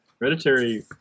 Hereditary